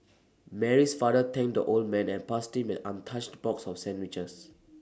Mary's father thanked the old man and passed him an untouched box of sandwiches